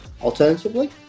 Alternatively